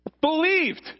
believed